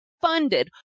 funded